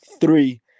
three